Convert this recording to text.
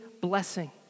blessing